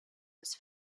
was